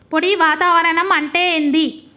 పొడి వాతావరణం అంటే ఏంది?